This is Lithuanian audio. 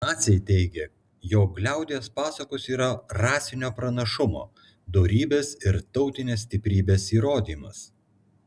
naciai teigė jog liaudies pasakos yra rasinio pranašumo dorybės ir tautinės stiprybės įrodymas